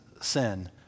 sin